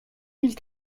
mille